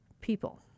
people